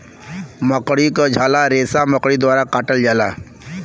मकड़ी क झाला रेसा मकड़ी द्वारा काटल जाला